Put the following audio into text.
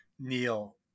Neil